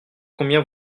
combien